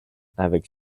avec